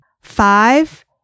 Five